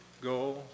go